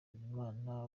bizimana